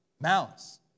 malice